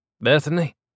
Bethany